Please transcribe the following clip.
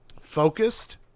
focused